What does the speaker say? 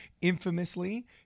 Infamously